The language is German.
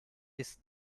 ist